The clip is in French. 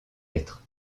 lettres